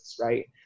right